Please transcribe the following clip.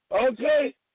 Okay